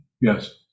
Yes